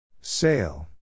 Sail